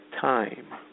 time